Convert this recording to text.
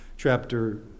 Chapter